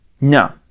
No